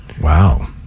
Wow